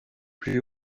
plus